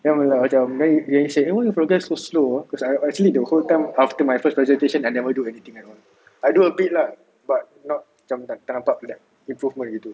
I'm like macam then she eh why your progress so slow ah cause I actually the whole time after my first presentation I never do anything at all I do a bit lah but not macam tak nampak like improvement gitu